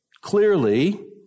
Clearly